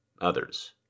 Others